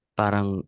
parang